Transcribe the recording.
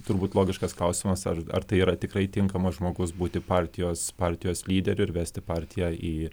turbūt logiškas klausimas ar ar tai yra tikrai tinkamas žmogus būti partijos partijos lyderiu ir vesti partiją į